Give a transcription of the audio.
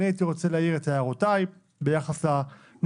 אני הייתי רוצה להעיר את הערותיי ביחס לנוסח.